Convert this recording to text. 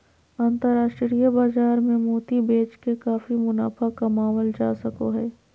अन्तराष्ट्रिय बाजार मे मोती बेच के काफी मुनाफा कमावल जा सको हय